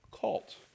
cult